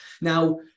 now